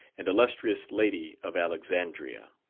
and illustrious lady of alexandria.